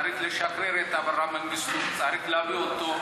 צריך לשחרר את אברה מנגיסטו וצריך להביא אותו,